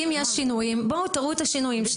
אם יש שינויים, תראו את השינויים.